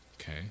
Okay